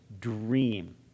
dream